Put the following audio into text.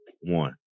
one